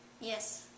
Yes